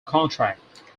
contract